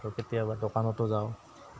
আৰু কেতিয়াবা দোকানতো যাওঁ